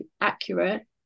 accurate